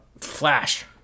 Flash